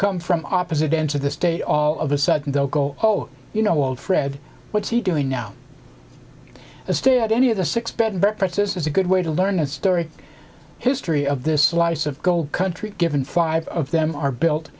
come from opposite ends of the state all of a sudden they'll go oh you know old fred what's he doing now a stay at any of the six bed but presses is a good way to learn and story history of this life of gold country given five of them are built